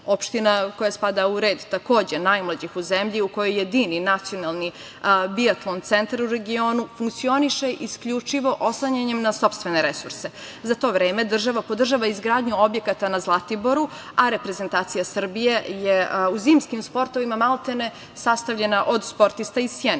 opština koja spada u red najmlađih u zemlji, u kojoj jedini nacionalni biatlon centar u regionu funkcioniše isključivo oslanjanjem na sopstvene resurse. Za to vreme, država podržava izgradnju objekata na Zlatiboru, a reprezentacija Srbije je u zimskim sportovima sastavljena od sportista iz